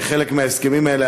כחלק מההסכמים האלה,